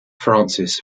francis